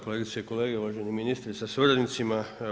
Kolegice i kolege, uvaženi ministre sa suradnicima.